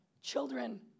Children